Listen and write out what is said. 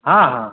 हँ हँ